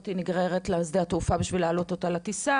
נגררת לשדה התעופה בשביל להעלות אותה לטיסה,